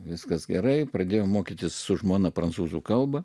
viskas gerai pradėjo mokytis su žmona prancūzų kalba